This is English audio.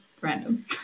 random